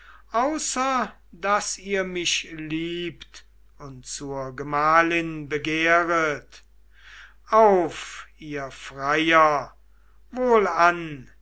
außer daß ihr mich liebt und zur gemahlin begehret auf ihr freier wohlan denn